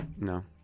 No